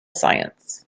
science